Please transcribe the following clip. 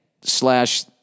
slash